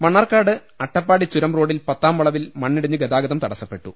മണ്ണാർക്കാട് അട്ടപ്പാടി ചുരം റോഡിൽ പത്താം വളവിൽ മണ്ണിടിഞ്ഞ് ഗതാഗതം തടസ്സപ്പെട്ടു